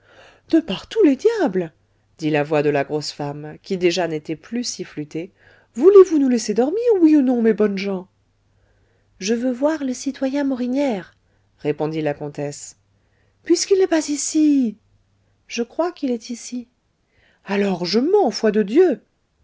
de par tous les diables dit la voix de la grosse femme qui déjà n'était plus si flûtée voulez-vous nous laisser dormir oui ou non mes bonnes gens je veux voir le citoyen morinière répondit la comtesse puisqu'il n'est pas ici je crois qu'il est ici alors je mens foi de dieu